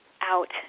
out